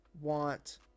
want